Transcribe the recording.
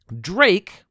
Drake